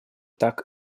так